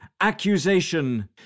accusation